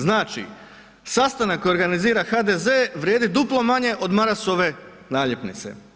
Znači sastanak kojeg organizira HDZ vrijedi duplo manje od Marasove naljepnice.